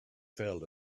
fell